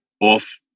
off